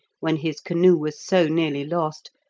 when his canoe was so nearly lost,